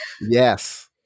Yes